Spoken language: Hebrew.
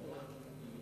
דיור ציבורי?